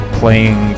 playing